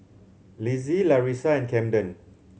Lizzie Larissa and Camden